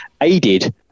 aided